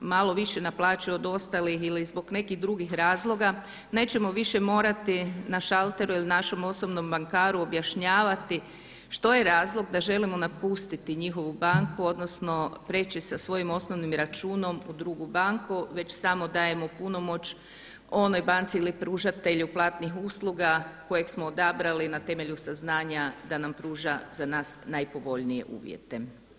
malo više naplaćuje od ostalih ili zbog nekih drugih razloga nećemo više morati na šalteru ili našem osobnom bankaru objašnjavati što je razlog da želimo napustiti njihovu banku, odnosno prijeći sa svojim osnovnim računom u drugu banku već sam dajemo punomoć onoj banci ili pružatelju platnih usluga kojeg smo odabrali na temelju saznanja da nam pruža za nas najpovoljnije uvjete.